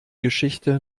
geschichte